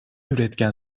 üretken